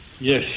Yes